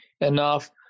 enough